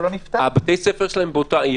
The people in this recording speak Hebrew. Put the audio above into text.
בתי הספר שלהם באותה עיר.